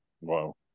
wow